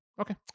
Okay